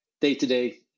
day-to-day